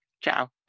ciao